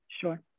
sure